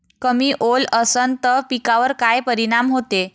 कमी ओल असनं त पिकावर काय परिनाम होते?